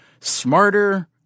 smarter